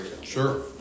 Sure